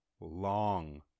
long